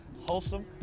wholesome